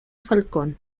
falcón